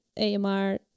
AMR